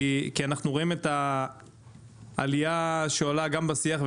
כי אנחנו רואים את העלייה שעולה גם בשיח,